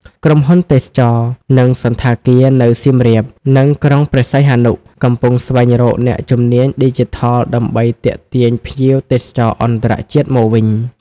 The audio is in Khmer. ក្រុមហ៊ុនទេសចរណ៍ និងសណ្ឋាគារនៅសៀមរាប និងក្រុងព្រះសីហនុ កំពុងស្វែងរកអ្នកជំនាញឌីជីថលដើម្បីទាក់ទាញភ្ញៀវទេសចរអន្តរជាតិមកវិញ។